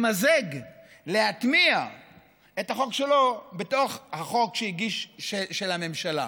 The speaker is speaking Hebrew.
למזג, להטמיע את החוק שלו בתוך החוק של הממשלה,